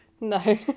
No